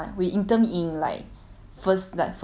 first like first sem instead of second sem